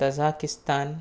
Tajikistan